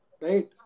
right